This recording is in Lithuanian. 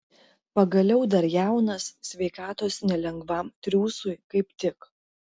pagaliau dar jaunas sveikatos nelengvam triūsui kaip tik